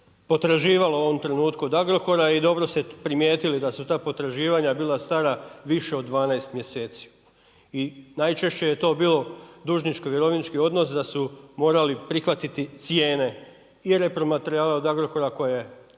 potraživalo u ovom trenutku od Agrokora i dobro ste primijetili da su ta potraživala bila stara više od 12 mjeseci. I najčešće je to bilo dužničko-vjerovnički odnos da su morali prihvatiti cijene i repromaterijala od Agrokora koje je